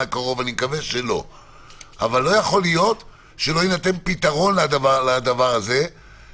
שהיית קובע צו למניעת פיטורין למי